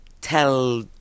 tell